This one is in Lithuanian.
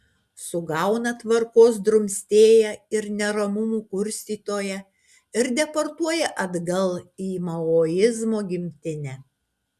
sugauna tvarkos drumstėją ir neramumų kurstytoją ir deportuoja atgal į maoizmo gimtinę